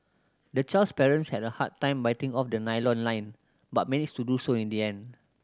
the child's parents had a hard time biting off the nylon line but managed to do so in the end